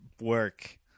Work